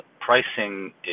pricing